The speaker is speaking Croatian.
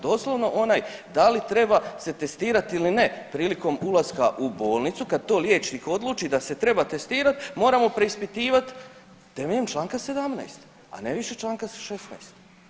Doslovno onaj da li treba se testirati ili ne prilikom ulaska u bolnicu kad to liječnik odluči da se treba testirat moramo preispitivat temeljem Članka 17., a ne više Članka 16.